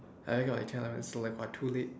cannot it's like what too late